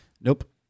Nope